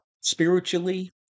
spiritually